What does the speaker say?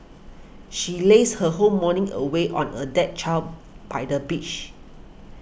she lazed her whole morning away on a deck chair by the beach